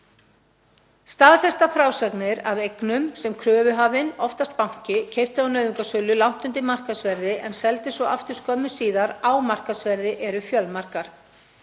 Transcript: Staðfestar frásagnir af eignum sem kröfuhafinn, oftast banki, keypti á nauðungarsölu langt undir markaðsverði en seldi svo aftur skömmu síðar á markaðsverði eru fjölmargar.